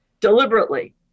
deliberately